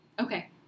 Okay